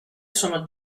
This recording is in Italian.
sono